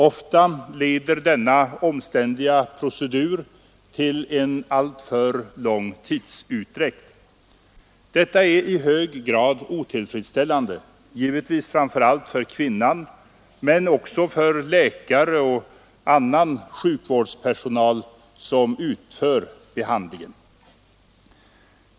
Ofta leder denna omständliga procedur till en alltför lång tidsutdräkt. Detta är i hög grad otillfredsställande, givetvis framför allt för kvinnan men också för läkare och annan sjukvårdspersonal, som utför behandlingen.